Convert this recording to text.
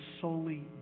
solely